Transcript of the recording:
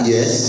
Yes